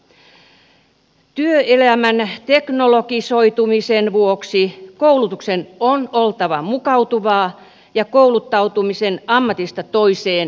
työelämän teknologisoitumisen vuoksi koulutuksen on oltava mukautuvaa ja kouluttautumisen ammatista toiseen joustavaa